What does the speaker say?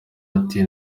ati